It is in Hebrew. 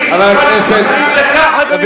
חבר הכנסת.